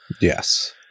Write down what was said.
yes